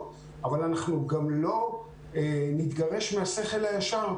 אבל אנחנו גם לא נתגרש מהשכל הישר.